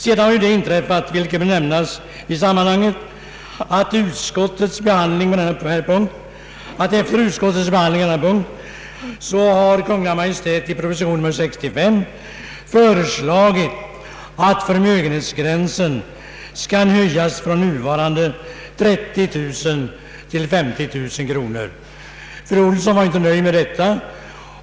Vidare har inträffat, vilket bör nämnas i detta sammanhang, att Kungl. Maj:t i proposition nr 65 efter utskottets behandling av detta ärende föreslagit att förmögenhetsgränsen i detta avseende skall höjas från nuvarande 30 000 till 50 000 kronor. Fru Olsson var inte nöjd med detta.